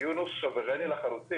שיגיד לי: מכבי.